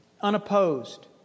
Unopposed